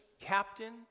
captain